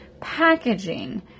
packaging